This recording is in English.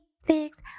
Fix